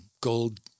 gold